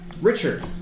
Richard